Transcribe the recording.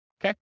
Okay